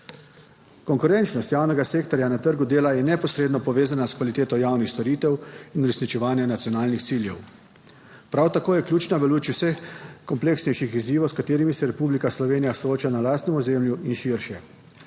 Konkurenčnost javnega sektorja na trgu dela je neposredno povezana s kvaliteto javnih storitev in uresničevanje nacionalnih ciljev. Prav tako je ključna v luči vseh kompleksnejših izzivov, s katerimi se Republika Slovenija sooča na lastnem ozemlju in širše.